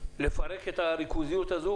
לפרק את הריכוזיות הזאת,